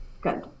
Good